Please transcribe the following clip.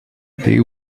they